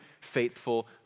faithful